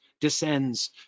descends